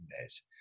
days